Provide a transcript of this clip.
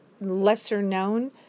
lesser-known